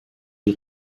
die